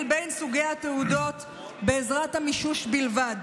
בין סוגי התעודות בעזרת המישוש בלבד.